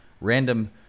random